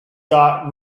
got